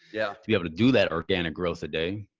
yeah to be able to do that organic growth a day,